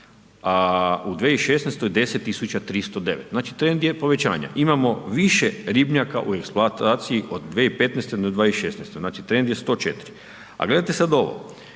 a u 2016. 10.309 znači to je jedan dio povećanja. Imao više ribnjaka u eksploataciji od 2015. do 2016. znači trend je 104, a gledajte sad ovo,